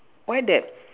why that